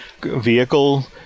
vehicle